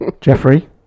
Jeffrey